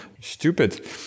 stupid